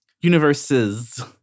Universes